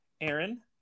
Aaron